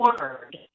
word